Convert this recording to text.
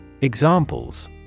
Examples